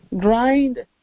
grind